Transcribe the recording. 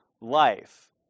life